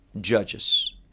judges